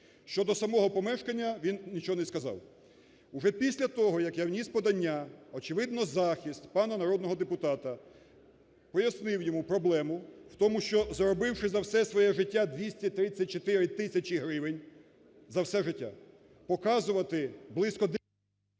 щодо самого помешкання він нічого не сказав. Вже після того, як я вніс подання, очевидно, захист пана народного депутата пояснив йому проблему в тому, що заробивши за все своє життя 234 тисячі гривень, за все життя, показувати близько…